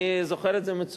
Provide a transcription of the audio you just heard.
אני זוכר את זה מצוין.